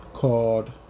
called